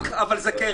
אמנם ברק אבל זה קרן.